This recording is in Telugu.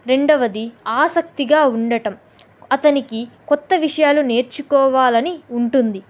రెండవది ఆసక్తిగా ఉండడం అతనికి కొత్త విషయాలు నేర్చుకోవాలని ఉంటుంది